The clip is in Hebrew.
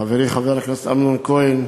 חברי חבר הכנסת אמנון כהן,